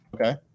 Okay